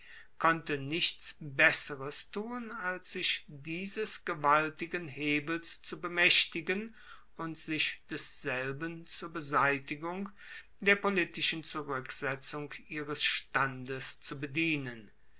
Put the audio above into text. konnte nichts besseres tun als sich dieses gewaltigen hebels zu bemaechtigen und sich desselben zur beseitigung der politischen zuruecksetzung ihres standes zu bedienen